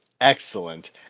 excellent